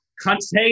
Contagious